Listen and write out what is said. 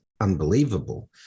unbelievable